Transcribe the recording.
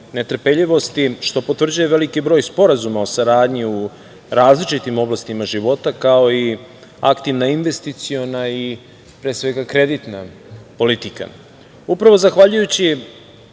netrpeljivosti, što potvrđuje veliki broj sporazuma o saradnji u različitim oblastima života, kao i aktivna investiciona, pre svega kreditna politika. Upravo zahvaljujući